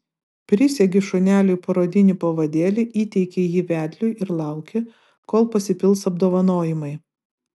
prisegi šuneliui parodinį pavadėlį įteiki jį vedliui ir lauki kol pasipils apdovanojimai